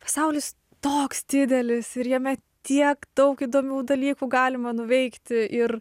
pasaulis toks didelis ir jame tiek daug įdomių dalykų galima nuveikti ir